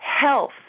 Health